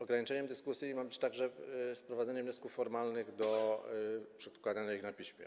Ograniczeniem dyskusji ma być także sprowadzenie wniosków formalnych do przedkładanych na piśmie.